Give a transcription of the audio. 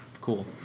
cool